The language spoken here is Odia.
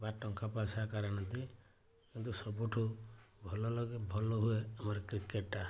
ବା ଟଙ୍କା ପଇସା ଆକାରରେ ଆଣନ୍ତି କିନ୍ତୁ ସବୁଠୁ ଭଲ ଲାଗେ ଭଲ ହୁଏ ଆମର କ୍ରିକେଟ୍ଟା